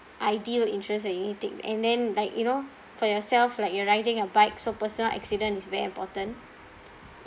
ideal insurance that you need to take and then like you know for yourself like you're riding a bike so personal accident is very important